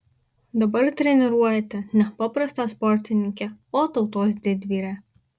dabar treniruojate ne paprastą sportininkę o tautos didvyrę